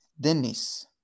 Dennis